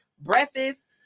breakfast